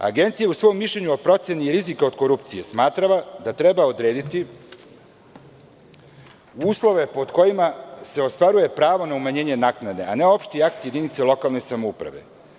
Agencija u svom mišljenju o proceni rizika od korupcije smatra da treba odrediti uslove pod kojima se ostvaruje pravo na umanjenje naknade, a ne opšti akt jedinice lokalne samouprave.